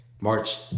march